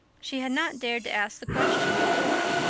she had not dared to ask the question before.